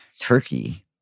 turkey